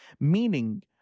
Meaning